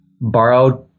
borrowed